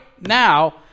now